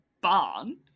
barn